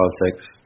politics